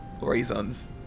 Raisins